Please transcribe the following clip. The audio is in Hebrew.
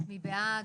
מי בעד?